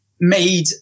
made